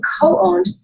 co-owned